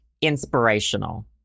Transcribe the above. inspirational